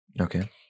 Okay